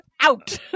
out